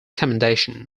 commendation